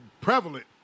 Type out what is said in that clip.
prevalent